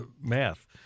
math